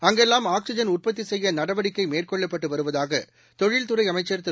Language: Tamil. அங்கெல்லாம் ஆக்சிஜன் உற்பத்தி செய்ய நடவடிக்கை மேற்கொள்ளப்பட்டு வருவதாக தொழிற்துறை அமைச்சர் திரு